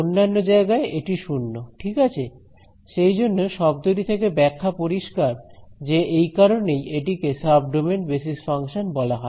অন্যান্য জায়গায় এটি 0 ঠিক আছে সেই জন্য শব্দটি থেকে ব্যাখ্যা পরিষ্কার যে এই কারণেই এটি কে সাবডোমেন বেসিস ফাংশন বলা হয়